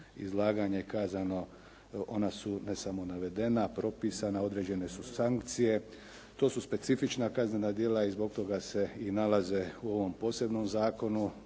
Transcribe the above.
izlaganja i kazano. Ona su ne samo navedena, propisana, određene su sankcije. To su specifična kaznena djela i zbog toga se i nalaze u ovom posebnom zakonu,